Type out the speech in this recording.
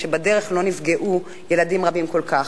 שבדרך לא נפגעו ילדים רבים כל כך.